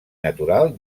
natural